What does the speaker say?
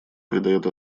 придает